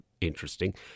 interesting